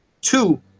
two